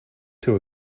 too